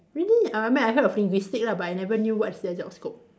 really uh I mean I've heard of linguistic lah but I never knew what's their job scope